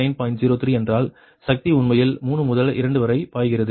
03 என்றால் சக்தி உண்மையில் 3 முதல் 2 வரை பாய்கிறது